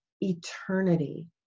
eternity